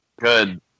good